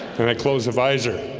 when i close the visor